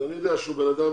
אני יודע שהוא מבין